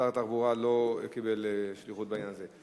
שר התחבורה לא קיבל שליחות בעניין הזה.